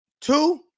two